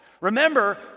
Remember